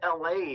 LA